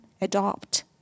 adopt